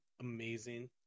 amazing